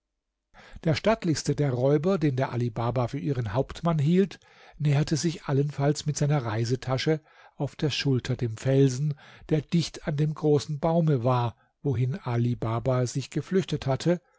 der stattlichste der räuber den der ali baba für ihren hauptmann hielt näherte sich ebenfalls mit seiner reisetasche auf der schulter dem felsen der dicht an dem großen baume war wohin ali baba sich geflüchtet hatte